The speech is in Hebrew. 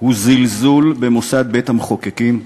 הוא זלזול במוסד בית-המחוקקים,